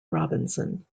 robinson